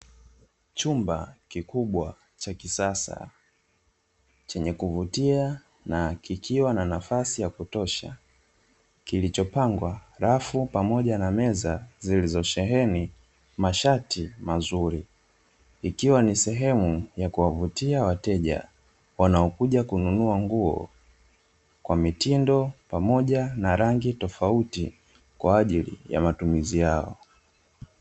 Chumba kikubwa cha kisasa chenye kuvutia na kikiwa na nafasi ya kutosha kiichopangwa rafu pamoja na meza zilizosheheni mashati mazuri, ikiwa ni sehemu ya kuwavutia wateja wanaokuja kununua nguo kwa mitindo pamoja na rangi tofauti kwa ajili ya matumizi yao.